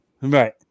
Right